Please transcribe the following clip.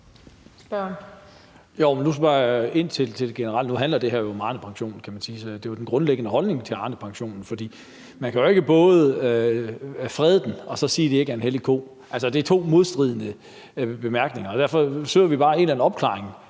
Nu handler det her om Arnepensionen, kan man sige, så det er jo den grundlæggende holdning til Arnepensionen. For man kan jo ikke både frede den og så sige, at det ikke er en hellig ko. Altså, det er to modstridende bemærkninger. Og derfor søger vi bare en eller anden opklaring.